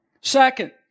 Second